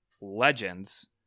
legends